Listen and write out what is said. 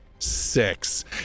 Six